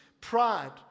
pride